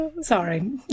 sorry